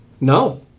No